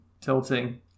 tilting